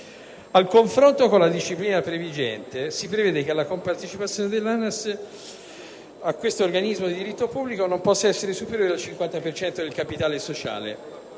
A differenza della disciplina previgente, si prevede che la compartecipazione dell'ANAS a questo organismo di diritto pubblico non possa essere superiore al 50 per cento del capitale sociale.